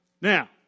Now